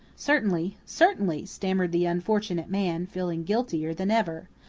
certainly, certainly, stammered the unfortunate man, feeling guiltier than ever,